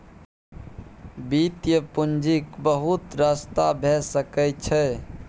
वित्तीय पूंजीक बहुत रस्ता भए सकइ छै